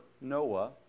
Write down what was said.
Noah